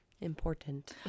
important